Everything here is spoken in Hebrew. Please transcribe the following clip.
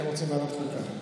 אתם רוצים ועדת חוקה.